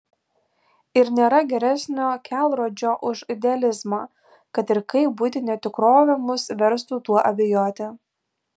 ir nėra geresnio kelrodžio už idealizmą kad ir kaip buitinė tikrovė mus verstų tuo abejoti